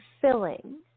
filling